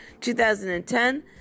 2010